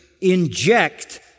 inject